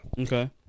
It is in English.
Okay